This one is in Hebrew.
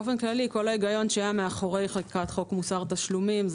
כל ההיגיון שהיה מאחורי חקיקת חוק מוסר תשלומים הוא